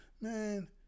Man